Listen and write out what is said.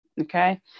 okay